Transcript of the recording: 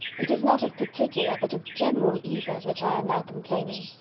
it is not of particular, but of general evils, which i am now complaining.